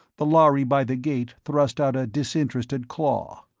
the lhari by the gate thrust out a disinterested claw.